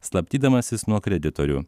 slapstydamasis nuo kreditorių